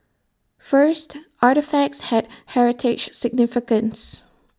first artefacts had heritage significance